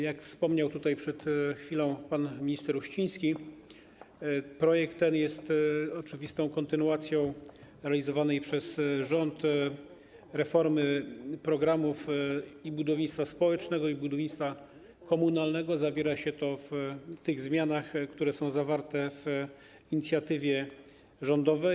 Jak wspomniał tutaj przed chwilą pan minister Uściński, projekt ten jest oczywistą kontynuacją realizowanej przez rząd reformy programów budownictwa społecznego i budownictwa komunalnego, co widać w tych zmianach, które są zawarte w inicjatywie rządowej.